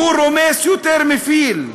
הוא רומס יותר מפיל.